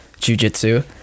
jujitsu